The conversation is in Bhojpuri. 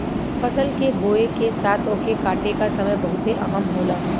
फसल के बोए के साथ ओके काटे का समय बहुते अहम होला